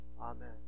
Amen